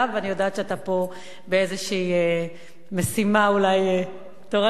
אני יודעת שאתה פה באיזו משימה, אולי, תורנות.